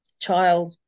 child